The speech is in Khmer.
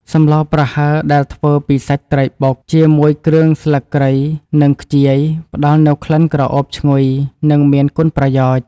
សម្លប្រហើរដែលធ្វើពីសាច់ត្រីបុកជាមួយគ្រឿងស្លឹកគ្រៃនិងខ្ជាយផ្តល់នូវក្លិនក្រអូបឈ្ងុយនិងមានគុណប្រយោជន៍។